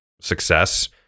success